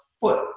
foot